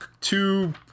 two